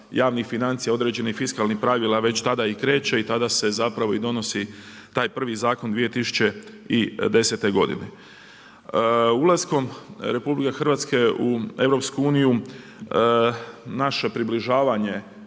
javnih financija određenih fiskalnih pravila već tada i kreće i tada se zapravo i donosi taj prvi zakon 2010. godine. Ulaskom RH u EU naše približavanje